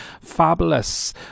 fabulous